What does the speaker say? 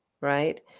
right